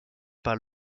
par